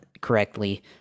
correctly